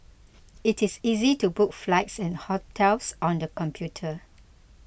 it is easy to book flights and hotels on the computer